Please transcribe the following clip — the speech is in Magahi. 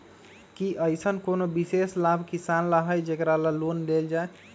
कि अईसन कोनो विशेष लाभ किसान ला हई जेकरा ला लोन लेल जाए?